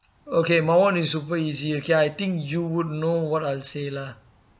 okay my [one] is super easy okay I think you would know what I'll say lah